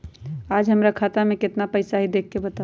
आज हमरा खाता में केतना पैसा हई देख के बताउ?